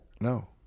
No